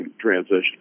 transition